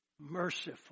Merciful